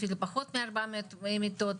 אפילו פחות מארבע מאות מיטות,